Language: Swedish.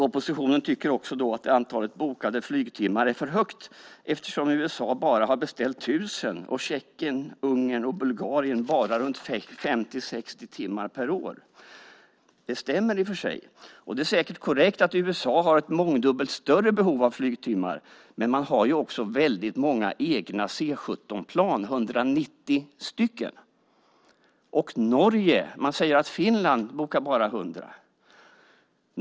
Oppositionen tycker också att antalet bokade flygtimmar är för stort eftersom USA bara har beställt 1 000 och Tjeckien, Ungern och Bulgarien bara runt 50-60 timmar per år. Det stämmer i och för sig. Det är säkert korrekt att USA har ett mångdubbelt större behov av flygtimmar. Men man har också väldigt många egna C 17-plan, 190 stycken. Man säger att Finland bara bokar 100 timmar.